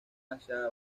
hacia